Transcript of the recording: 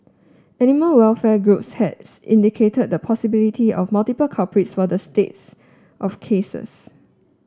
animal welfare groups had indicated the possibility of multiple culprits for the states of cases